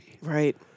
right